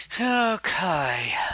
Okay